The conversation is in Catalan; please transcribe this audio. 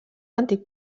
antic